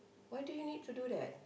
why do you need to do that